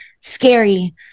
scary